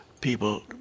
people